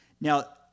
Now